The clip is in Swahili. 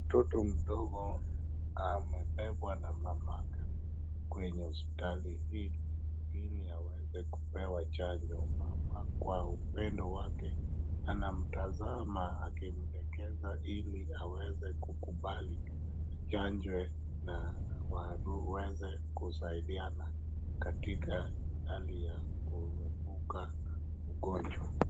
Mtoto mdogo amebebwa na mamake kwenye hospitali hii ili aweze kupewa chanjo. Mama kwa upendo wake anamtazama akimdekeza ili aweze kukubali chanjo na waweze kusaidiana katika hali ya kuepuka ugonjwa.